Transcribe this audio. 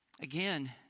Again